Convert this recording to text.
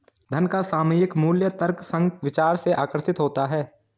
धन का सामयिक मूल्य तर्कसंग विचार से आकर्षित होता है